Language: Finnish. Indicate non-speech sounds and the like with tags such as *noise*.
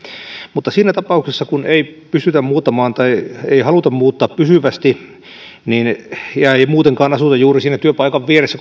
mutta siinä tapauksessa kun ei pystytä muuttamaan tai ei haluta muuttaa pysyvästi ja ei muutenkaan asuta juuri siinä työpaikan vieressä *unintelligible*